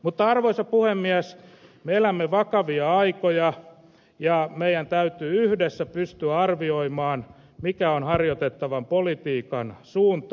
mutta arvoisa puhemies me elämme vakavia aikoja ja meidän täytyy yhdessä pystyä arvioimaan mikä on harjoitettavan politiikan suunta